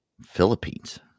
philippines